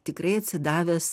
tikrai atsidavęs